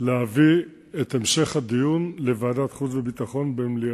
להביא את המשך הדיון לוועדת החוץ והביטחון במליאתה.